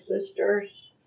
sisters